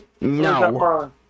No